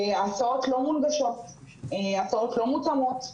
ההסעות לא מונגשות, לא מותאמות,